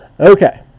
Okay